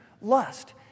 lust